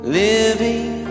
living